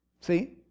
See